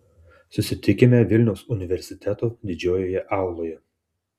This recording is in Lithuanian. susitikime vilniaus universiteto didžiojoje auloje